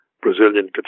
Brazilian